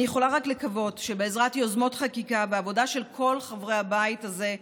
אני יכולה רק לקוות שבעזרת יוזמות חקיקה ועבודה של כל חברי הבית הזה,